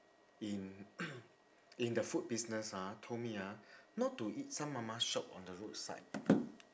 in in the food business ah told me ah not to eat some mama shop on the roadside